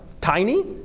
tiny